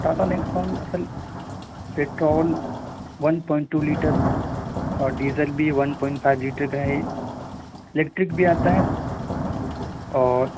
Tata Nexon اصل petrol one point two litre اور diesel بھی ون پوائنٹ فائیو لیٹر کا ہے یہ الیکٹرک بھی آتا ہے اور